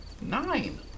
Nine